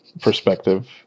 perspective